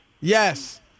Yes